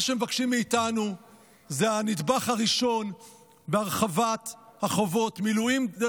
מה שהם מבקשים מאיתנו זה את הנדבך הראשון בהרחבת חובות המילואים.